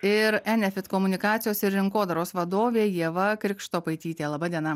ir enefit komunikacijos ir rinkodaros vadovė ieva krikštopaitytė laba diena